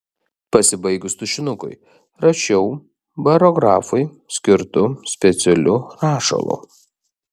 pasibaigus tušinukui rašiau barografui skirtu specialiu rašalu